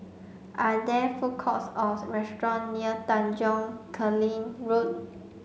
are there food courts or restaurant near Tanjong Kling Road